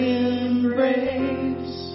embrace